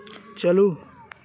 ᱪᱟᱹᱞᱩ